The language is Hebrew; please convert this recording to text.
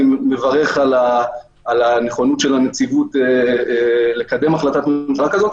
אני מברך על הנכונות של הנציבות לקדם החלטת ממשלה כזו,